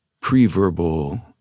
pre-verbal